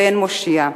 ואין מושיע.